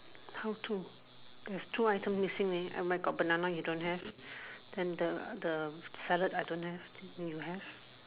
how to there's two item missing leh I might got banana you don't have then the the salad I don't have you have